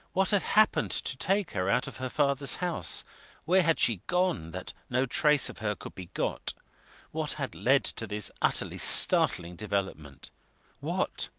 what had happened to take her out of her father's house where had she gone, that no trace of her could be got what had led to this utterly startling development what